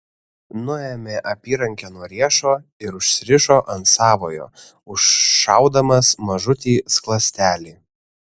nuėmė apyrankę nuo riešo ir užsirišo ant savojo užšaudamas mažutį skląstelį